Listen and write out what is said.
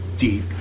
Deep